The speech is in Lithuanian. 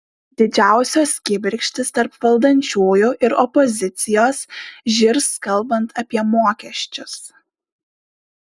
didžiausios kibirkštys tarp valdančiųjų ir opozicijos žirs kalbant apie mokesčius